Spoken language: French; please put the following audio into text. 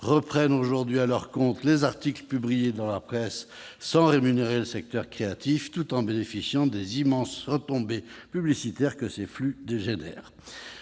reprennent aujourd'hui à leur compte les articles publiés dans la presse sans rémunérer le secteur créatif, tout en bénéficiant des immenses retombées publicitaires que ces flux entraînent.